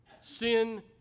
sin